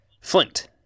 Flint